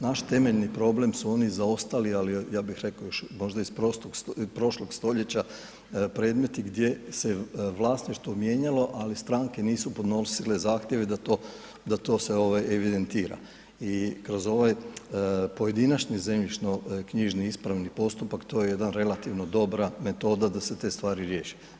Naš temeljni problem su oni zaostali, ali ja bih rekao možda iz prošlog stoljeća, predmeti gdje se vlasništvo mijenjalo, ali stranke nisu podnosile zahtjeve da to se evidentira i kroz ovaj pojedinačni zemljišnoknjižni ispravni postupak, to je jedna relativno dobra metoda da se te stvari riješe.